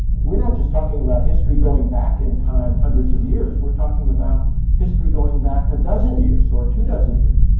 we're not just talking about history going back in time hundreds of years. we're talking about history going back a dozen years, or two-dozen years.